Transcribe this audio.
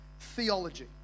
theology